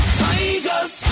tigers